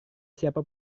siapa